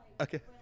Okay